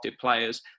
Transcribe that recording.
players